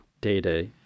data